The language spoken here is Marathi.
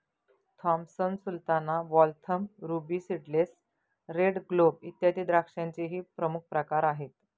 Thompson Sultana, Waltham, ruby seedless, red globe, इत्यादी द्राक्षांचेही प्रमुख प्रकार आहेत